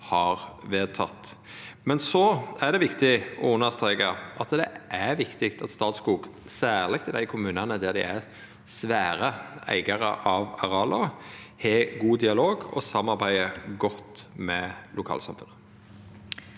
har vedteke. Så er det viktig å understreka at det er viktig at Statskog, særleg i dei kommunane der dei er svære eigarar av areal, har god dialog og samarbeider godt med lokalsamfunnet.